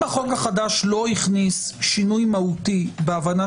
אם החוק החדש לא הכניס שינוי מהותי בהבנת